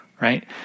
right